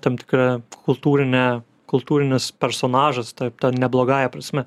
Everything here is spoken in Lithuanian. tam tikra kultūrine kultūrinis personažas taip ne blogąja prasme